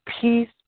peace